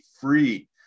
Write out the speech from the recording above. free